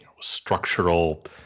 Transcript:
structural